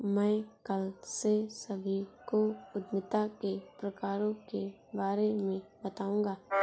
मैं कल से सभी को उद्यमिता के प्रकारों के बारे में बताऊँगा